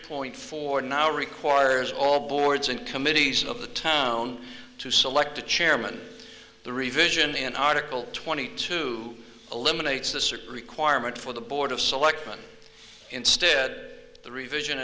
point four now requires all boards and committees of the town to select a chairman the revision in article twenty two eliminates the supreme quire meant for the board of selectmen instead the revision